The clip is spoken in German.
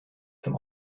zum